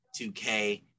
2k